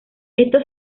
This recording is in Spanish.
esto